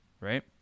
right